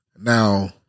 Now